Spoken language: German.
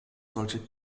solche